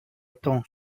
temps